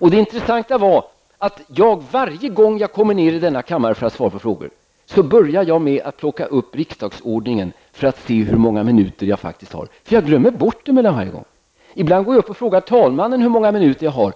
Det är intressant att jag, varje gång jag kommer till denna kammare för att svara på frågor, börjar med att plocka fram riksdagsordningen för att se hur många minuter jag har till mitt förfogande. Jag glömmer bort det mellan varje gång. Ibland går jag upp och frågar talmannen hur lång taletid jag har.